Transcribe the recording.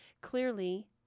clearly